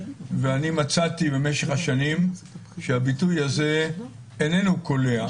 ואני מצאתי במשך השנים שהביטוי הזה איננו קולע.